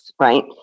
right